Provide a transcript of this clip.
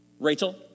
Rachel